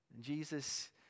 Jesus